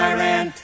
Iran